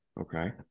Okay